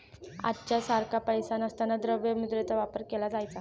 आजच्या सारखा पैसा नसताना द्रव्य मुद्रेचा वापर केला जायचा